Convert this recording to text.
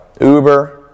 Uber